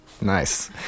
Nice